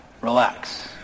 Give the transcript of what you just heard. Relax